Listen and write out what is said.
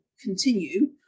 continue